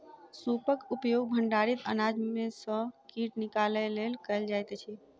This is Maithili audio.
सूपक उपयोग भंडारित अनाज में सॅ कीट निकालय लेल कयल जाइत अछि